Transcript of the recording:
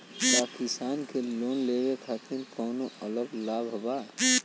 का किसान के लोन लेवे खातिर कौनो अलग लाभ बा?